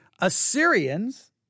Assyrians